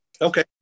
Okay